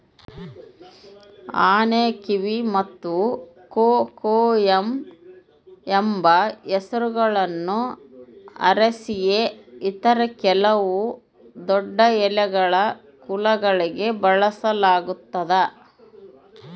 ಆನೆಕಿವಿ ಮತ್ತು ಕೊಕೊಯಮ್ ಎಂಬ ಹೆಸರುಗಳನ್ನು ಅರೇಸಿಯ ಇತರ ಕೆಲವು ದೊಡ್ಡಎಲೆಗಳ ಕುಲಗಳಿಗೆ ಬಳಸಲಾಗ್ತದ